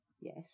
Yes